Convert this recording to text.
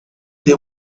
they